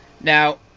Now